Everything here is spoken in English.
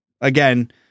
Again